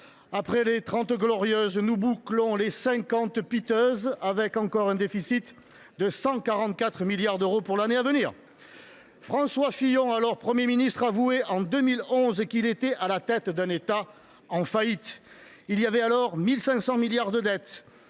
Après les Trente Glorieuses, nous bouclons les « Cinquante Piteuses », avec un déficit de 144 milliards d’euros pour l’année à venir. François Fillon, alors Premier ministre, avouait en 2011 qu’il était « à la tête d’un État en faillite ». Il y avait alors 1 500 milliards de dettes.